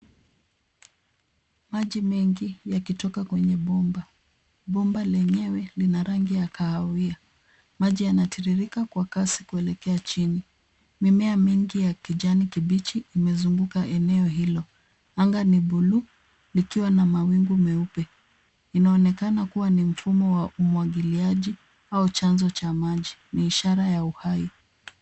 Maji mengi yakitoka kwenye bomba. Bomba lenyewe lina rangi ya kahawia. Maji yanatiririka kwa kasi kuelekea chini. Mimea mingi ya kijani kibichi imezunguka eneo hilo. Anga ni bluu likiwa na mawingu meupe. Inaonekana kuwa ni mfumo wa umwagiliaji au chnazo cha maji. Ni ishara ya uhai.